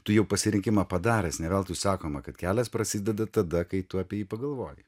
tu jau pasirinkimą padaręs ne veltui sakoma kad kelias prasideda tada kai tu apie jį pagalvoji